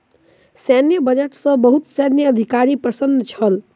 सैन्य बजट सॅ बहुत सैन्य अधिकारी प्रसन्न छल